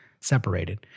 separated